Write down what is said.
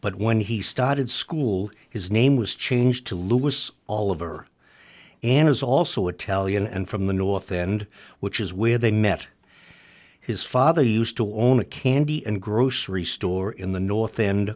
but when he started school his name was changed to lewis all over and is also a tele and from the north end which is where they met his father used to own a candy and grocery store in the north end